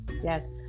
Yes